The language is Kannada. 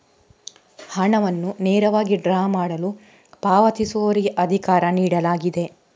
ಹಣವನ್ನು ನೇರವಾಗಿ ಡ್ರಾ ಮಾಡಲು ಪಾವತಿಸುವವರಿಗೆ ಅಧಿಕಾರ ನೀಡಲಾಗಿದೆ